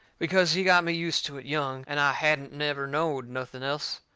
because he got me used to it young, and i hadn't never knowed nothing else.